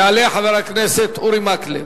יעלה חבר הכנסת אורי מקלב.